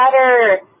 better